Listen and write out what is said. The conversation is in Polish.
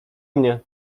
mnie